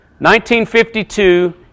1952